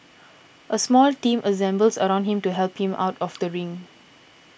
a small team assembles around him to help him out of the ring